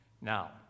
Now